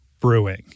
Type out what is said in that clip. brewing